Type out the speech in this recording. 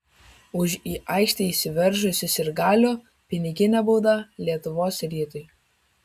už į aikštę įsiveržusį sirgalių piniginė bauda lietuvos rytui